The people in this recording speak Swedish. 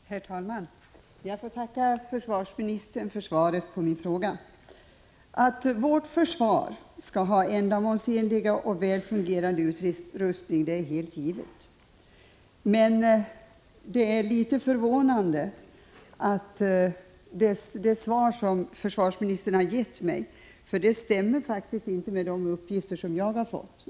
Herr talman! Jag får tacka försvarsministern för svaret på min fråga. Att vårt försvar skall ha ändamålsenlig och väl fungerande utrustning är helt givet. Men det svar som försvarsministern har lämnat är en aning förvånande — det stämmer faktiskt inte med de uppgifter som jag har fått.